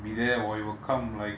be there or it will come like